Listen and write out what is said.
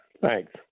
thanks